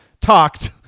talked